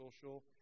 social